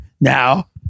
Now